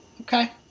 Okay